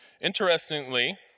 Interestingly